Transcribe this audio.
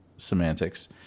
semantics